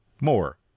more